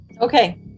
okay